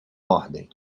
ordem